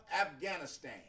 Afghanistan